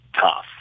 tough